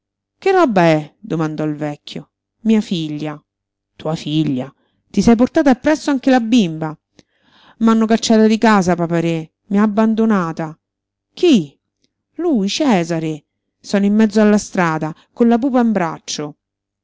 che roba è domandò il vecchio mia figlia tua figlia ti sei portata appresso anche la bimba m'hanno cacciata di casa apa re i ha abbandonata chi lui cesare sono in mezzo alla strada con la pupa